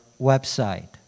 website